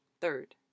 third